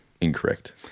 Incorrect